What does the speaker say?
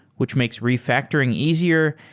which makes re-factoring easier,